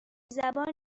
زبان